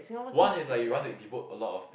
one is like you want to devote a lot of